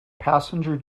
passenger